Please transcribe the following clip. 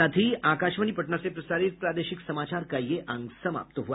इसके साथ ही आकाशवाणी पटना से प्रसारित प्रादेशिक समाचार का ये अंक समाप्त हुआ